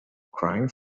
crying